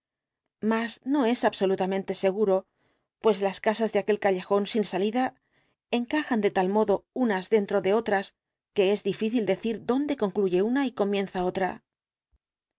mas no es absolutamente seguro pues las casas de aquel callejón sin salida encajan de tal modo unas dentro de otras que es difícil decir dónde concluye una y comienza otra